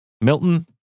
Milton